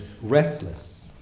restless